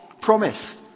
promise